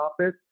office